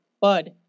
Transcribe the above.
bud